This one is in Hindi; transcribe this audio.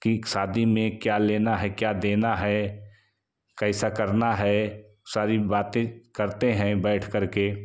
कि शादी में क्या लेना है क्या देना है कैसा करना है सारी बातें करते हैं बैठकर के